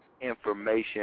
information